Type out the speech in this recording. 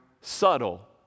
subtle